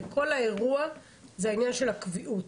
הרי כל האירוע זה העניין של הקביעות.